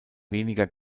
weniger